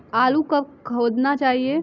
आलू को कब खोदना चाहिए?